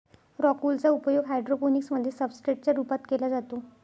rock wool चा उपयोग hydroponics मध्ये सब्सट्रेट च्या रूपात केला जातो